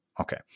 Okay